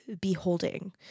beholding